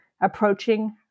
approaching